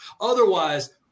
Otherwise